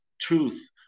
truth